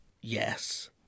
Yes